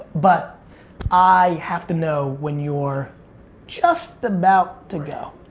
but i have to know when you're just about to go.